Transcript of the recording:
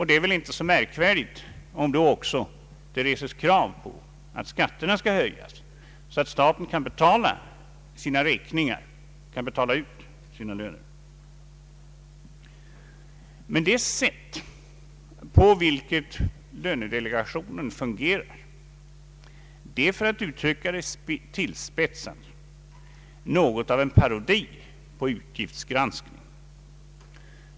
Det är väl inte så märkvärdigt om det då också reses krav på att skatterna skall höjas så att staten kan betala sina räkningar, kan betala ut sina löner. Men det sätt på vilket lönedelegationen fungerar är, för att uttrycka det tillspetsat, något av en parodi på utgiftsgranskning.